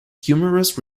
humorous